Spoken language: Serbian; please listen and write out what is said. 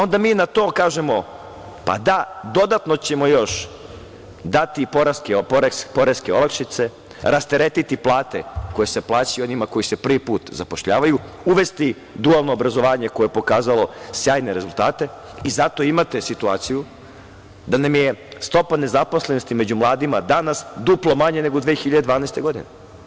Onda mi na sve to kažemo - pa, da, dodatno ćemo još dati poreske olakšice, rasteretiti plate koje se plaćaju onima koji se prvi put zapošljavaju, uvesti dualno obrazovanje, koje je pokazalo sjajne rezultate i zato imate situaciju da nam je stopa nezaposlenosti među mladima danas duplo manja nego 2012. godine.